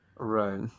Right